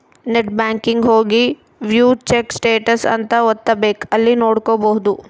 net banking ಹೋಗಿ view check status ಅಂತ ಒತ್ತಬೆಕ್ ಅಲ್ಲಿ ನೋಡ್ಕೊಬಹುದು